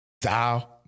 Thou